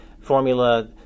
formula